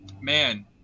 man